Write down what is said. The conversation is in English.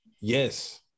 Yes